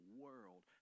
world